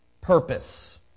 purpose